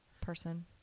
person